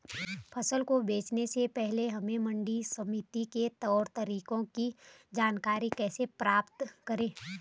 फसल को बेचने से पहले हम मंडी समिति के तौर तरीकों की जानकारी कैसे प्राप्त करें?